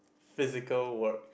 physical work